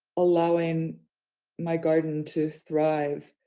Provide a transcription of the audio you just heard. allowing my garden to thrive.